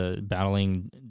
battling